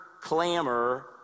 clamor